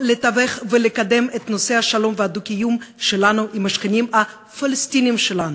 לתווך ולקדם את נושא השלום והדו-קיום שלנו עם השכנים הפלסטינים שלנו,